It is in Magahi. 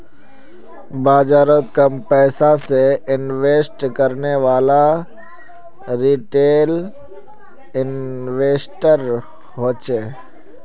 बाजारोत कम पैसा से इन्वेस्ट करनेवाला रिटेल इन्वेस्टर होछे